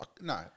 No